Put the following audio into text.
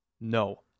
no